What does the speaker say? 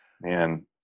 man